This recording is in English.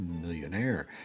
millionaire